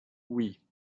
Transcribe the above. oui